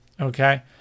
okay